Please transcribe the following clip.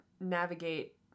navigate